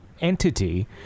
entity